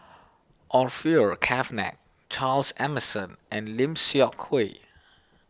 Orfeur Cavenagh Charles Emmerson and Lim Seok Hui